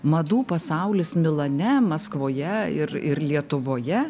madų pasaulis milane maskvoje ir ir lietuvoje